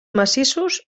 massissos